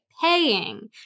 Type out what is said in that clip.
paying